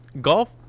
golf